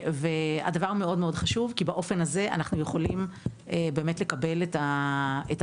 הדבר מאוד מאוד חשוב כי באופן הזה אנחנו יכולים באמת לקבל את התלונה,